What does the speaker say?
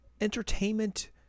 entertainment